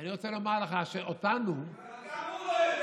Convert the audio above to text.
אני רוצה לומר לך שאותנו, גם הוא לא יודע.